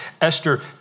Esther